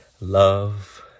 love